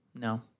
No